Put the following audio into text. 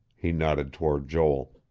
he nodded toward joel.